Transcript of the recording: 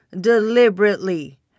deliberately